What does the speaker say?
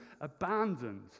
abandoned